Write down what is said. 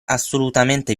assolutamente